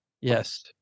Yes